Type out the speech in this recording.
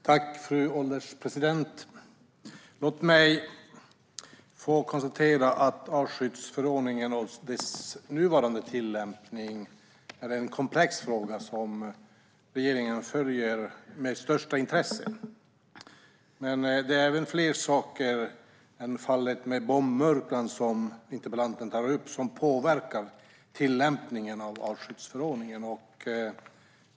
Fru ålderspresident! Låt mig få konstatera att artskyddsförordningen och dess nuvarande tillämpning är en komplex fråga som regeringen följer med största intresse. Men det är fler saker än fallet med bombmurklan, som interpellanten tar upp, som påverkar tillämpningen av skyddsförordningen.